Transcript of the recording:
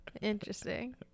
Interesting